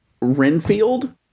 Renfield